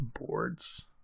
boards